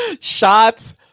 shots